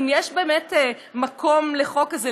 אם יש באמת מקום לחוק כזה,